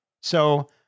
So-